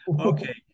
Okay